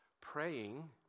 Praying